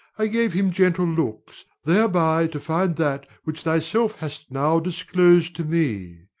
i gave him gentle looks, thereby to find that which thyself hast now disclos'd to me.